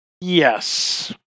Yes